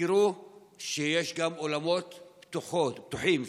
ותזכרו שיש גם אולמות פתוחים.